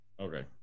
Okay